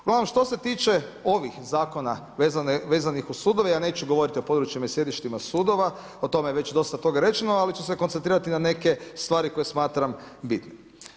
Uglavnom što se tiče ovih zakona veznih uz sudove, ja neću govoriti o područjima i sjedištima sudova o tome je već dosta toga rečeno, ali ću se koncentrirati na neke stvari koje smatram bitnim.